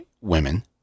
women